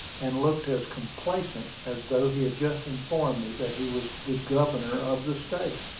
and looked as complacent as though he had just informed me that he was the governor of the state.